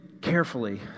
carefully